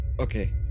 Okay